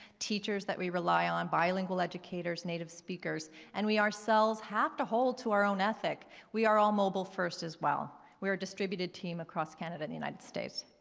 teachers that we rely on bilingual educators, native speakers and we ourselves have to hold to our own ethic. we are all mobile first as well. we are distributed team across canada and the united states.